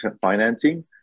financing